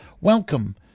Welcome